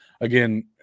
again